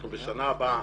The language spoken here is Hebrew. אנחנו בשנה הבאה